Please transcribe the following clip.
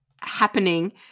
happening